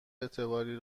اعتباری